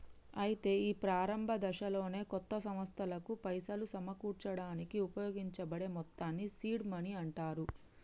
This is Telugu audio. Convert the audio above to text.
అయితే ఈ ప్రారంభ దశలోనే కొత్త సంస్థలకు పైసలు సమకూర్చడానికి ఉపయోగించబడే మొత్తాన్ని సీడ్ మనీ అంటారు